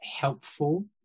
helpful